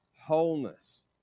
wholeness